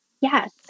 yes